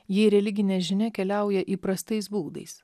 jei religine žinia keliauja įprastais būdais